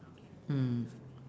mm